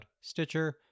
Stitcher